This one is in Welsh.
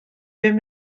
bum